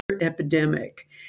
epidemic